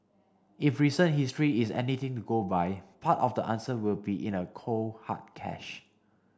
if recent history is anything to go by part of the answer will be in a cold hard cash